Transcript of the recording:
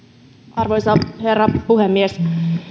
arvoisa herra puhemies